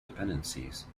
dependencies